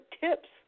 tips